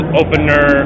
opener